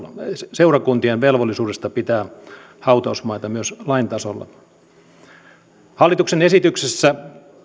seurakuntien velvollisuudesta pitää hautausmaita myös lain tasolla hallituksen esityksessä